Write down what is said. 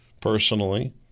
personally